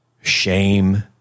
shame